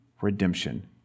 redemption